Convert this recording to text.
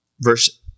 Verse